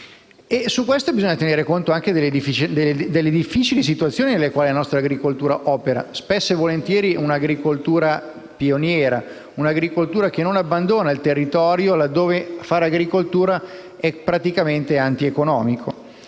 proposito, bisogna tenere conto anche delle difficili situazioni nelle quali opera la nostra agricoltura: spesso e volentieri è un'agricoltura pioniera, un'agricoltura che non abbandona il territorio, là dove fare agricoltura è praticamente antieconomico.